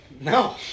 No